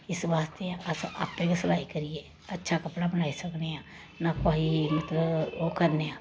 इस्स वास्ते अस आपें गै सलाई करियै अच्छा कपड़ा बनाई सकने आं ना भाई मतलब ओह् करने आं